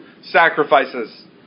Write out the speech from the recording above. sacrifices